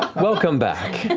welcome back.